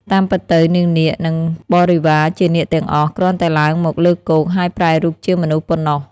តាមពិតទៅ នាងនាគ និងបរិវារជានាគទាំងអស់ គ្រាន់តែឡើងមកលើគោក ហើយប្រែរូបជាមនុស្សប៉ុណ្ណោះ។